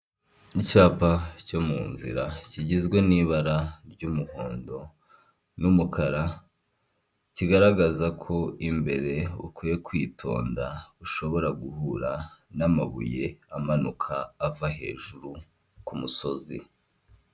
Hoteri nini iri mu bwoko bwa etaje igeretse gatatu yanditseho giriti apatimenti hoteri ivuze ko ari hoteri nziza irimo amacumbi akodeshwa.